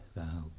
thou